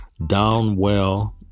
Downwell